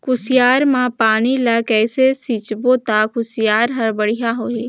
कुसियार मा पानी ला कइसे सिंचबो ता कुसियार हर बेडिया होही?